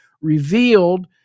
revealed